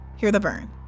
heartheburn